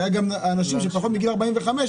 והיה גם אנשים שפחות מגיל 45,